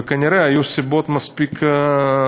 וכנראה היו סיבות טובות מספיק,